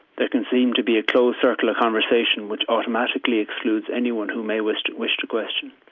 there can seem to be a closed circle of conversation, which automatically excludes anyone who may wish to wish to question.